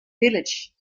village